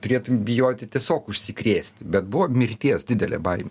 turėtum bijoti tiesiog užsikrėsti bet buvo mirties didelė baimė